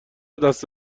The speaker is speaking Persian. دست